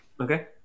Okay